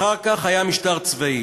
אחר כך היה משטר צבאי,